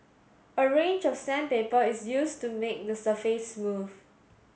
a range of sandpaper is used to make the surface smooth